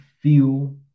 feel